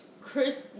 Chris